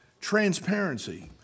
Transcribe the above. Transparency